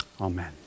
Amen